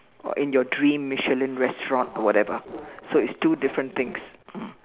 or in your dream Michelin restaurant or whatever so it's two different things mm